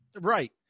Right